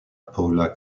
paula